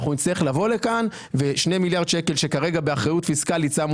אנחנו נצטרך לבוא לכאן ושני מיליארד שקל שכרגע באחריות פיסקלית שמו